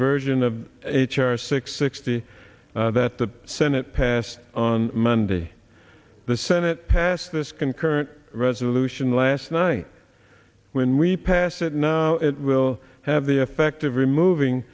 version of h r six sixty that the senate passed on monday the senate passed this concurrent resolution last night when we pass it and it will have the effect of removing